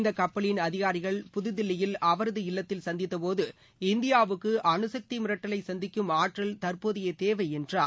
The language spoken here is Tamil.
இந்த கப்பலின் அதிகாரிகள் புதுதில்லியில் அவரது இல்லத்தில் சந்தித்தபோது இந்தியாவுக்கு அணுக்தி மிரட்டலை சந்திக்கும் ஆற்றல் தற்போதைய தேவை என்றார்